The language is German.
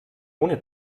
ohne